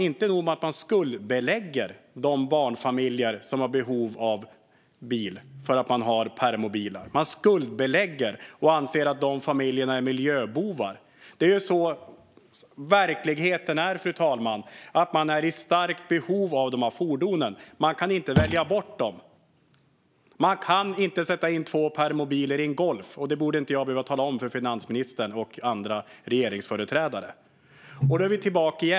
Inte nog med att man skuldbelägger de barnfamiljer som har behov av bil därför att de har permobiler, man skuldbelägger familjerna och anser att de är miljöbovar. Verkligheten är att de är i starkt behov av fordonen. De kan inte välja bort dem. Det går inte att sätta in två permobiler i en Golf, och det borde jag inte behöva tala om för finansministern och andra regeringsföreträdare.